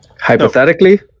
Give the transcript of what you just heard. Hypothetically